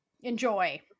enjoy